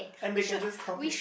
and they can just copy